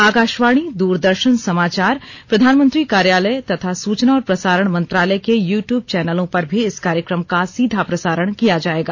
आकाशवाणी दूरदर्शन समाचार प्रधानमंत्री कार्यालय तथा सूचना और प्रसारण मंत्रालय के यूट्यूब चैनलों पर भी इस कार्यक्रम का सीधा प्रसारण किया जाएगा